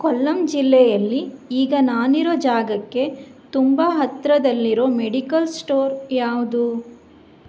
ಕೊಲ್ಲಂ ಜಿಲ್ಲೆಯಲ್ಲಿ ಈಗ ನಾನಿರೋ ಜಾಗಕ್ಕೆ ತುಂಬ ಹತ್ತಿರದಲ್ಲಿರೋ ಮೆಡಿಕಲ್ ಸ್ಟೋರ್ ಯಾವುದು